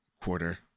quarter